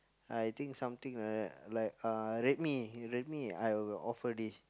I think something like like uh rate me you rate me I will offer this